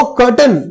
curtain